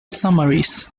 summaries